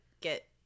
get